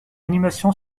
animation